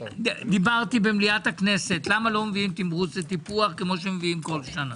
דיברתי במליאת הכנסת למה לא מביאים תמרוץ וטיפוח כמו בכל שנה.